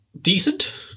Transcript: decent